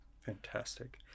Fantastic